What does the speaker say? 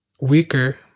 weaker